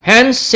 Hence